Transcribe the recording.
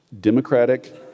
democratic